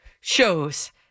shows